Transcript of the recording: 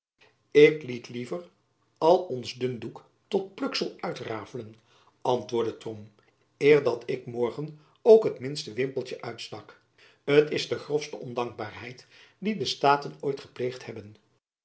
ik liet liever al ons dundoek tot pluksel uitrafelen antwoordde tromp eer dat ik morgen ook het minste wimpeltjen uitstak het is de grofste ondankbaarheid die de staten ooit gepleegd hebben